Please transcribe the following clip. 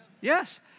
Yes